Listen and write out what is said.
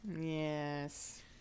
Yes